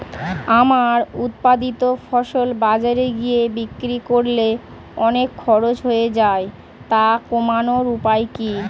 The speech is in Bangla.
আমার উৎপাদিত ফসল বাজারে গিয়ে বিক্রি করলে অনেক খরচ হয়ে যায় তা কমানোর উপায় কি?